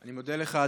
אני מודה לך,